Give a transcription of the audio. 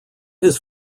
his